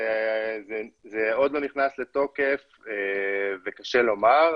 זה עוד לא נכנס לתוקף וקשה לומר,